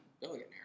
billionaire